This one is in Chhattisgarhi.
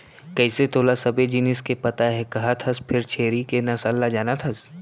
कइसे तोला सबे जिनिस के पता हे कहत हस फेर छेरी के नसल ल जानत हस?